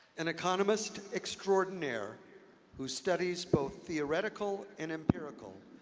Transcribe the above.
an economist extraordinaire whose studies, both theoretical and empirical,